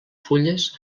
fulles